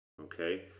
Okay